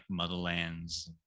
Motherlands